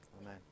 Amen